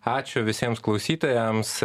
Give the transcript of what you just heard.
ačiū visiems klausytojams